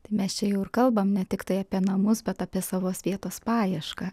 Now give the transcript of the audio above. tai mes čia jau ir kalbam ne tiktai apie namus bet apie savos vietos paiešką